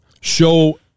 show –